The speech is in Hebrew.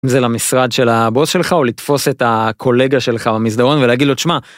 זה למשרד של הבוס שלך, או לתפוס את הקולגה שלך במסדרון ולהגיד לו תשמע,